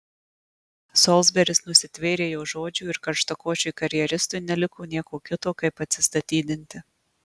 solsberis nusitvėrė jo žodžių ir karštakošiui karjeristui neliko nieko kito kaip atsistatydinti